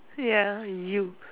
ya you